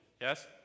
Yes